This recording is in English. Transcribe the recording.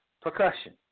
percussion